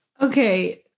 Okay